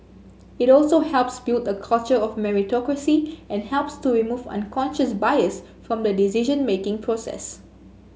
it also helps build a culture of meritocracy and helps to remove unconscious bias from the decision making process